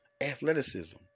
athleticism